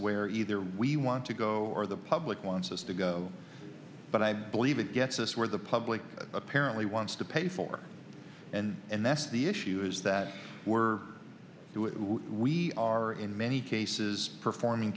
where either we want to go or the public wants us to go but i believe it gets us where the public apparently wants to pay for and and that's the issue is that we're doing we are in many cases performing